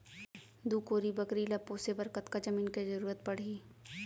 दू कोरी बकरी ला पोसे बर कतका जमीन के जरूरत पढही?